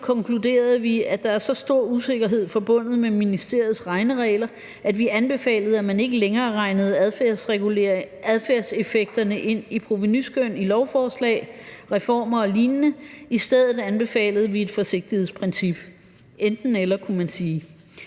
konkluderede vi, at der er så stor usikkerhed forbundet med ministeriets regneregler, at vi anbefalede, at man ikke længere regnede adfærdseffekterne ind i provenuskøn i lovforslag, reformer og lignende. I stedet anbefalede vi et forsigtighedsprincip – enten/eller kunne man sige.